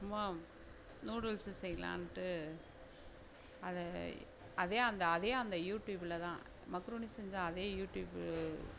அப்புறமா நூடுல்ஸு செய்லாம்ன்ட்டு அதை அதே அந்த அதே அந்த யூடியூபில் தான் மக்ருனி செஞ்ச அதே யூடியூப்